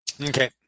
Okay